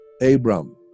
Abram